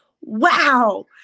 wow